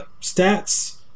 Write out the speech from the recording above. stats